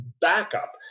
backup